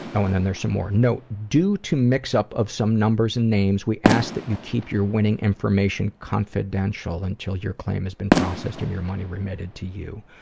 oh and then there's some more. note, due to mix up of some numbers and names, we ask that you keep your winning information confidential until your claim has been processed and your money remitted to you.